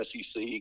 SEC